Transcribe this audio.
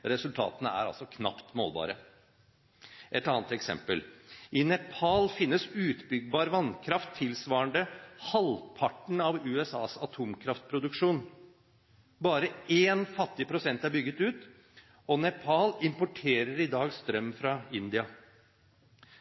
resultatene er altså knapt målbare. Et annet eksempel: I Nepal finnes utbyggbar vannkraft tilsvarende halvparten av USAs atomkraftproduksjon. Bare én fattig prosent er bygget ut, og Nepal importerer i dag strøm fra India.